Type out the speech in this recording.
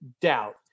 doubt